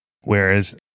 whereas